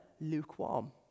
lukewarm